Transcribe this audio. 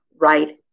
right